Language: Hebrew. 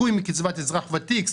ניכוי מקצבת אזרח ותיק,